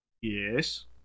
Yes